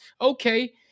Okay